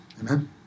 Amen